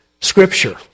scripture